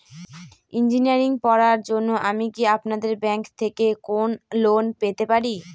Engineering পড়ার জন্য আমি কি আপনাদের ব্যাঙ্ক থেকে কোন লোন পেতে পারি?